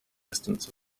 distance